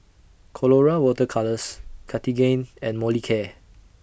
Colora Water Colours Cartigain and Molicare